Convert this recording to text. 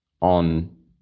on